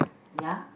ya